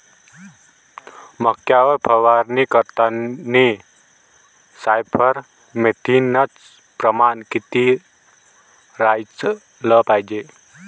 मक्यावर फवारनी करतांनी सायफर मेथ्रीनचं प्रमान किती रायलं पायजे?